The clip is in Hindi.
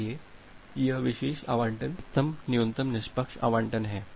इसलिए यह विशेष आवंटन अधिकतम न्यूनतम निष्पक्ष आवंटन है